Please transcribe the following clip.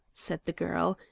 said the girl,